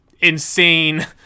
insane